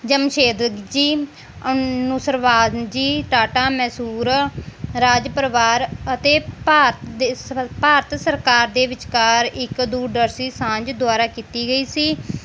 ਜਮਸ਼ੇਦ ਜੀ ਨੂੰ ਸਵਰਾਜ ਜੀ ਟਾਟਾ ਮੈਸੂਰ ਰਾਜ ਪਰਿਵਾਰ ਅਤੇ ਭਾਰਤ ਦੇ ਸ ਭਾਰਤ ਸਰਕਾਰ ਦੇ ਵਿਚਕਾਰ ਇੱਕ ਦੂਰਦਰਸ਼ੀ ਸਾਂਝ ਦੁਆਰਾ ਕੀਤੀ ਗਈ ਸੀ